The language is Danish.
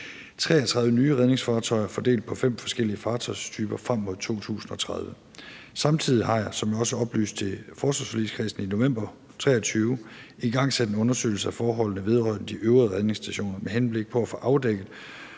33 nye redningsfartøjer fordelt på fem forskellige fartøjstyper frem mod 2030. Samtidig har jeg, som jeg også har oplyst til forsvarsforligskredsen i november 2023, igangsat en undersøgelse af forholdene vedrørende de øvrige redningsstationer med henblik på at få afdækket,